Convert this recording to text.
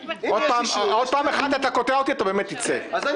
זה לא חקירה.